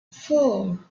four